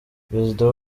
perezida